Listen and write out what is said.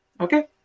okay